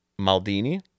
maldini